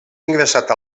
ingressat